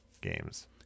games